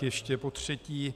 Ještě potřetí.